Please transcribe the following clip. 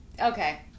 Okay